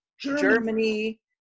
Germany